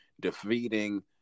defeating